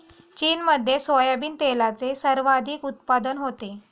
चीनमध्ये सोयाबीन तेलाचे सर्वाधिक उत्पादन होते